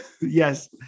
Yes